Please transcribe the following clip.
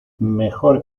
mejor